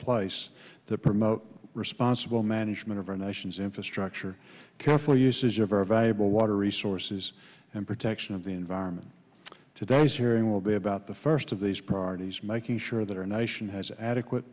placed to promote responsible management of our nation's infrastructure careful uses of our valuable water resources and protection of the environment today's hearing will be about the first of these priorities making sure that our nation has adequate